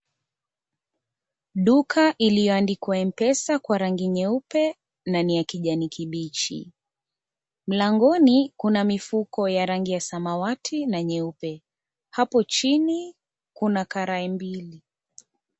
Duka iliyoandikwa Mpesa kwa rangi nyeupe na ni ya kijani kibichi, mlangoni kuna mifuko ya rangi ya samawati na nyeupe, hapo chini kuna karai mbili.